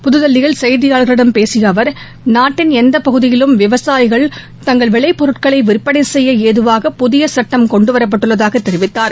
புதுதில்லியில் செய்தியாளர்களிடம் பேசிய அவர் நாட்டின் எந்தப் பகுதியிலும் விவசாயிகள் தங்கள் விளை பொருட்களை விற்பனை செய்ய ஏதுவாக புதிய சட்டம் கொண்டு வரப்பட்டுள்ளதாகத் தெரிவித்தார்